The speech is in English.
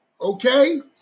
okay